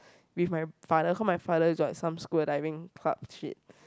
with my father cause my father join some scuba diving club shit